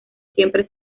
siempre